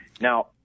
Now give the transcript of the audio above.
Now